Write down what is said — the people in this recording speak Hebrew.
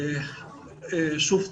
בבקשה.